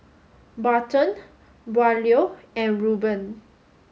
Barton Braulio and Reuben